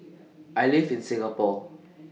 I live in Singapore